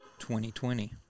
2020